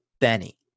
Benny